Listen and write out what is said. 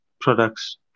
products